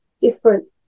different